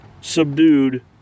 subdued